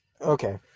Okay